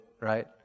right